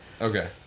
Okay